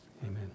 Amen